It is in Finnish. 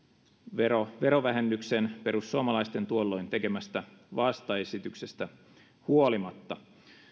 verovähennyksen perussuomalaisten tuolloin tekemästä vastaesityksestä huolimatta